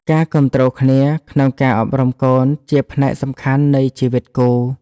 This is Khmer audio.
ការគាំទ្រគ្នាក្នុងការអប់រំកូនជាផ្នែកសំខាន់នៃជីវិតគូ។